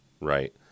Right